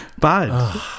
Bad